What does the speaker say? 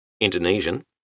Indonesian